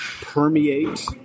permeate